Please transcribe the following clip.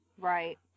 Right